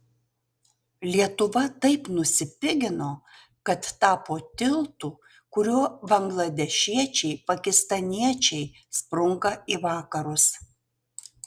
lietuva taip nusipigino kad tapo tiltu kuriuo bangladešiečiai pakistaniečiai sprunka į vakarus